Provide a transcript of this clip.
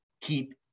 keep